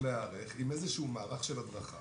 להיערך עם איזה שהוא מערך של הדרכה